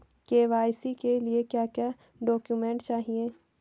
KYC के लिए क्या क्या डॉक्यूमेंट चाहिए?